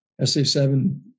SA-7